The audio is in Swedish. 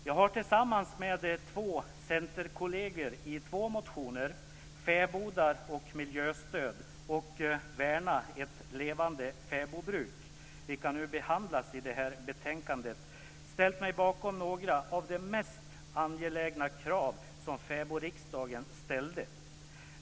Jag har tillsammans med två centerkolleger i två motioner - Fäbodar och miljöstöd och Fäbodbruk, vilka behandlas i detta betänkande - ställt mig bakom några av de mest angelägna krav som fäbodriksdagen ställde.